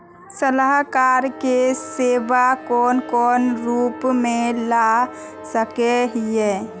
सलाहकार के सेवा कौन कौन रूप में ला सके हिये?